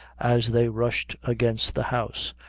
as they rushed against the house,